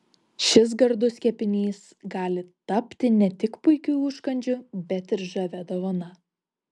šis gardus kepinys gali tapti ne tik puikiu užkandžiu bet ir žavia dovana